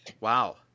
Wow